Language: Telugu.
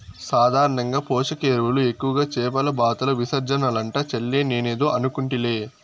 సాధారణంగా పోషక ఎరువులు ఎక్కువగా చేపల బాతుల విసర్జనలంట చెల్లే నేనేదో అనుకుంటిలే